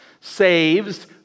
saves